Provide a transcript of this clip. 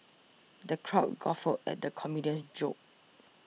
the crowd guffawed at the comedian's jokes